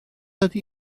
ydy